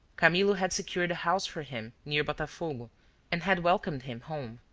camillo had secured a house for him near botafogo and had welcomed him home.